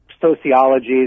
sociology